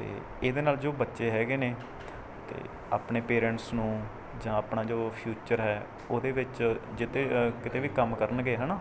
ਅਤੇ ਇਹਦੇ ਨਾਲ ਜੋ ਬੱਚੇ ਹੈਗੇ ਨੇ ਅਤੇ ਆਪਣੇ ਪੇਰੈਂਟਸ ਨੂੰ ਜਾਂ ਆਪਣਾ ਜੋ ਫਿਊਚਰ ਹੈ ਉਹਦੇ ਵਿੱਚ ਜਿੱਥੇ ਕਿਤੇ ਵੀ ਕੰਮ ਕਰਨਗੇ ਹੈਨਾ